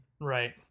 right